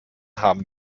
haben